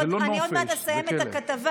עוד מעט אני אסיים את הכתבה